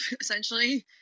essentially